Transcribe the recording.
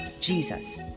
Jesus